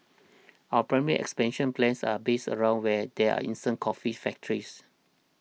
our primary expansion plans are based around where there are instant coffee factories